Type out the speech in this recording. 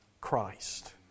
Christ